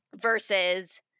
versus